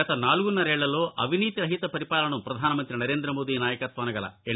గత నాలుగున్నర ఏళ్ళలో అవినీతి రహిత పరిపాలనను ప్రధానమంతి నరేందమోదీ నాయకత్వాన గల ఎన్